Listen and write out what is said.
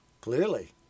Clearly